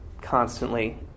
constantly